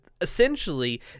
Essentially